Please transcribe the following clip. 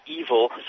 evil